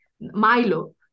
milo